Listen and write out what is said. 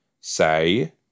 say